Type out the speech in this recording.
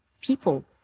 people